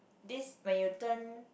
this when you turn